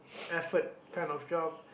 effort kind of job